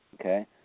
okay